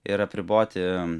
ir apriboti